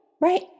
Right